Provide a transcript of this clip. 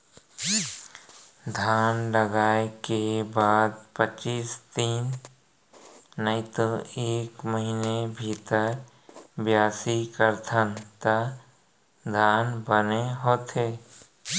धान लगाय के बाद पचीस दिन नइतो एक महिना भीतर बियासी करथन त धान बने होथे